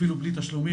אפילו ללא תשלום.